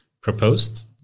proposed